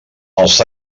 els